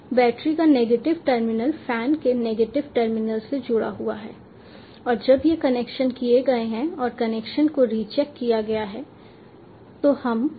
battery का negative terminal fan के negative terminal से जुड़ा हुआ है और जब ये कनेक्शन किए गए हैं और कनेक्शन को रीचेक किया गया है तो हम IOTSRpy फ़ाइल चलाते हैं